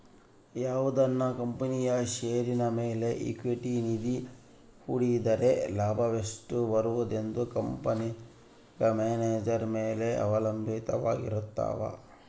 ಯಾವುದನ ಕಂಪನಿಯ ಷೇರಿನ ಮೇಲೆ ಈಕ್ವಿಟಿ ನಿಧಿ ಹೂಡಿದ್ದರೆ ಲಾಭವೆಷ್ಟು ಬರುವುದೆಂದು ಕಂಪೆನೆಗ ಮ್ಯಾನೇಜರ್ ಮೇಲೆ ಅವಲಂಭಿತವಾರಗಿರ್ತವ